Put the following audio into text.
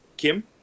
Kim